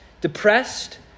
depressed